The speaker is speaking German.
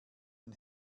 den